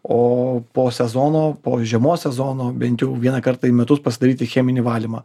o po sezono po žiemos sezono bent jau vieną kartą į metus pasidaryti cheminį valymą